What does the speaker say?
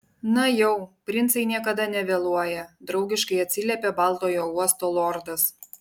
na jau princai niekada nevėluoja draugiškai atsiliepė baltojo uosto lordas